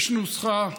יש נוסחה,